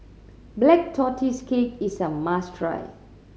Black Tortoise Cake is a must try